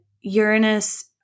Uranus